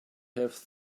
have